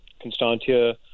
Constantia